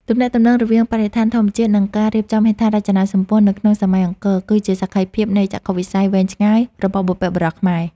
ទំនាក់ទំនងរវាងបរិស្ថានធម្មជាតិ និងការរៀបចំហេដ្ឋារចនាសម្ព័ន្ធនៅក្នុងសម័យអង្គរ គឺជាសក្ខីភាពនៃចក្ខុវិស័យវែងឆ្ងាយរបស់បុព្វបុរសខ្មែរ។